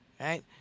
Right